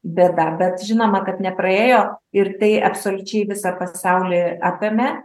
bėda bet žinoma kad nepraėjo ir tai absoliučiai visą pasaulį apėmė